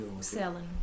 selling